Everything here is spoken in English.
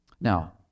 Now